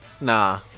Nah